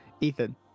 Ethan